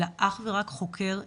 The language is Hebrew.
אלא אך ורק חוקר ילדים.